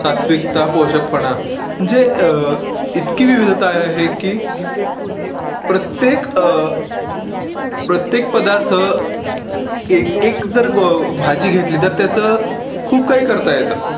सात्त्विकता पोषकपणा जे इतकी विविधता आहे की प्रत्येक प्रत्येक पदार्थ एक एक जर गो भाजी घेतली तर त्याचं खूप काही करता येतं